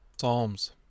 Psalms